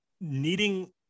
needing